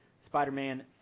Spider-Man